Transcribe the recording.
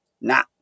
nah